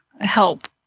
help